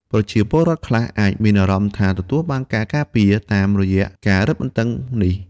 ប្រជាពលរដ្ឋខ្លះអាចមានអារម្មណ៍ថាទទួលបានការការពារ តាមរយៈការរឹងបន្ដឹងនេះ។